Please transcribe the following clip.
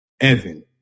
Evan